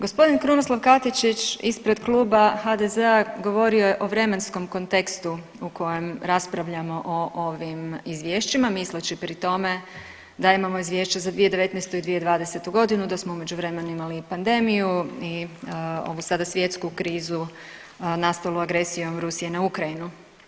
Gospodin Krunoslav Katičić ispred Kluba HDZ-a govorio je o vremenskom kontekstu u kojem raspravljamo o ovim izvješćima misleći pri tome da imamo izvješće za 2019. i 2020.g., da smo u međuvremenu imali i pandemiju i ovu sada svjetsku krizu nastalu agresijom Rusije na Ukrajinu.